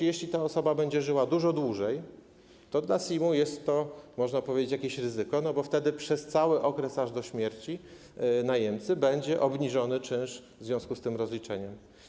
Jeśli ta osoba będzie żyła dużo dłużej, to dla SIM-u jest to, można powiedzieć, jakieś ryzyko, bo wtedy przez cały okres, aż do śmierci najemcy, będzie obniżony czynsz w związku z tym rozliczeniem.